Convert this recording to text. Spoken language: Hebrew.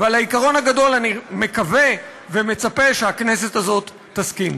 ועל העיקרון הגדול אני מקווה ומצפה שהכנסת הזאת תסכים.